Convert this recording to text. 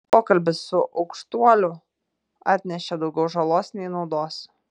pokalbis su aukštuoliu atnešė daugiau žalos nei naudos